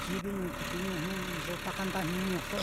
kiviñu kotiñu jnu ko iyo ta ndajniñoso.